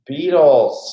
Beatles